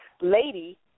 lady